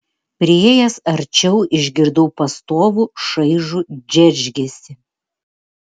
priėjęs arčiau išgirdau pastovų šaižų džeržgesį